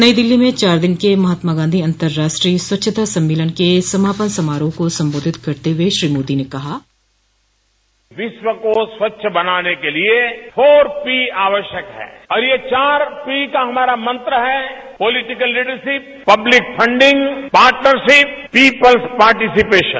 नई दिल्ली में चार दिन के महात्मा गांधी अंतर्राष्ट्रीय स्वच्छता सम्मेलन के समापन समारोह को संबोधित करते हुए श्री मोदी ने कहा विश्व को स्वच्छ बनाने के लिए फोर पी आवश्यक है और ये चार पी का हमारा मंत्र है political leadership public funding partnership people's participation